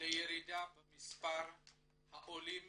לירידה במספר העולים